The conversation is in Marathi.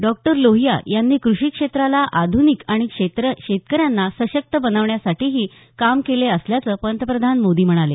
डॉक्टर लोहिया यांनी कृषी क्षेत्राला आधुनिक आणि शेतकऱ्यांना सशक्त बनवण्यासाठीही काम केले असल्याचं पंतप्रधान मोदी म्हणाले